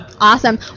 Awesome